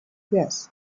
yes